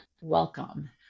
welcome